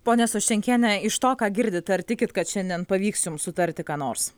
ponia soščenkiene iš to ką girdit ar tikit kad šiandien pavyks jums sutarti ką nors